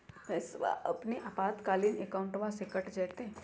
पैस्वा अपने आपातकालीन अकाउंटबा से कट जयते?